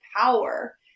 power